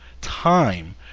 time